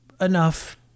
enough